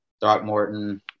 Throckmorton